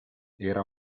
era